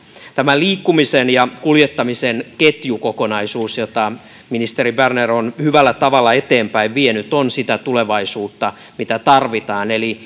tämä liikkumisen ja kuljettamisen ketjukokonaisuus jota ministeri berner on hyvällä tavalla eteenpäin vienyt on sitä tulevaisuutta mitä tarvitaan